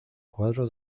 cuadro